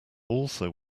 also